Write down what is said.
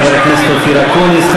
חבר הכנסת אופיר אקוניס.